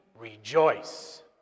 rejoice